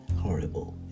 horrible